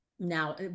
now